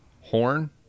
horn